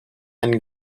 and